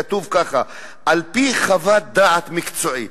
כתוב כך: "על-פי חוות דעת מקצועית".